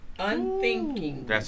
unthinking